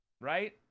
Right